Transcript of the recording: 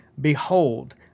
Behold